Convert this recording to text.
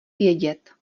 vědět